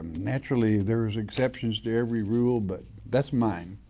naturally there's exceptions to every rule, but that's mine.